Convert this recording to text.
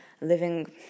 living